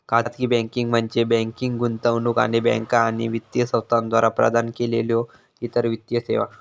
खाजगी बँकिंग म्हणजे बँकिंग, गुंतवणूक आणि बँका आणि वित्तीय संस्थांद्वारा प्रदान केलेल्यो इतर वित्तीय सेवा